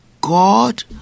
God